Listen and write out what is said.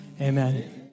amen